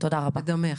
כן, בדמך,